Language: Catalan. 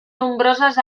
nombroses